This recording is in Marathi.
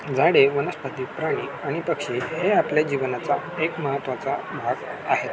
झाडे वनस्पती प्राणी आणि पक्षी हे आपल्या जीवनाचा एक महत्त्वाचा भाग आहे